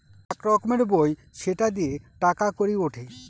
এক রকমের বই সেটা দিয়ে টাকা কড়ি উঠে